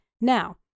Now